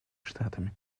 штатами